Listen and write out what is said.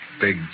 Big